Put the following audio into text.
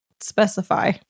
specify